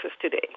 today